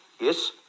yes